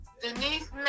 Denise